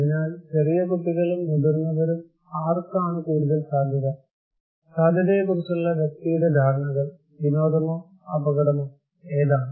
അതിനാൽ ചെറിയ കുട്ടികളും മുതിർന്നവരുംആർക്കാണ് കൂടുതൽ സാധ്യത സാധ്യതയെക്കുറിച്ചുള്ള വ്യക്തിയുടെ ധാരണകൾ വിനോദമോ അപകടമോ ഏതാണ്